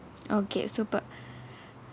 okay superb